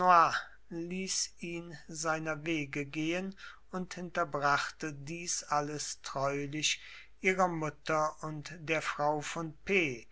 ihn seiner wege gehen und hinterbrachte dies alles treulich ihrer mutter und der frau von p